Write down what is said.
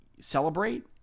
celebrate